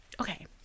okay